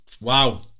wow